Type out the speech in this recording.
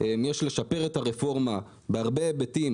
יש לשפר את הרפורמה בהרבה היבטים,